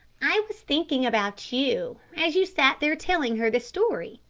i was thinking about you, as you sat there telling her the story,